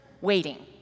waiting